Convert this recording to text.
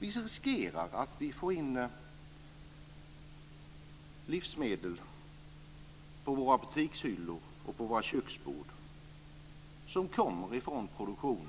Man riskerar att det kommer in livsmedel på våra butikshyllor och köksbord som kommer från produktion